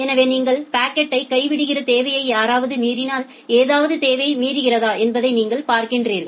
எனவே நீங்கள் பாக்கெட்டை கைவிடுகிற தேவையை யாராவது மீறினால் ஏதாவது தேவையை மீறுகிறதா என்பதை நீங்கள் பார்க்கிறீர்கள்